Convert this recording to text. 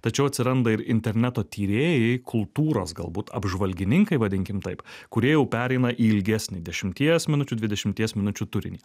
tačiau atsiranda ir interneto tyrėjai kultūros galbūt apžvalgininkai vadinkim taip kurie jau pereina į ilgesnį dešimties minučių dvidešimties minučių turinį